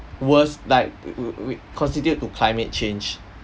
worst like we we we constitute to climate change